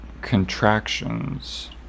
contractions